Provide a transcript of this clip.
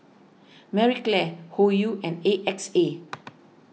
Marie Claire Hoyu and A X A